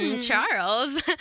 Charles